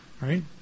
right